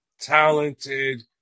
talented